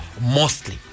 mostly